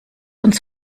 uns